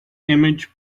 image